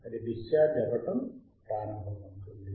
అది డిశ్చార్జ్ అవ్వటం ప్రారంభమవుతుంది